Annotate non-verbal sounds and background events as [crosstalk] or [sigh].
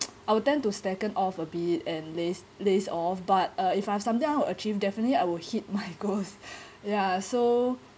[noise] I would tend to slacken off a bit and laze laze off but uh if uh something I wanna achieve definitely I would hit my goals [laughs] ya so